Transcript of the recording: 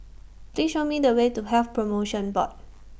Please Show Me The Way to Health promotion Board